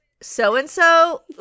So-and-so